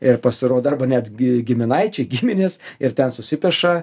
ir pasirodo arba netgi giminaičiai giminės ir ten susipeša